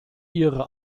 ihre